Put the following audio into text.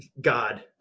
God